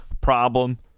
problem